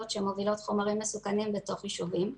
שמובילות חומרים מסוכנים בתוך יישובים.